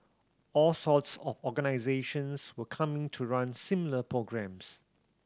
all sorts of organisations were coming to run similar programmes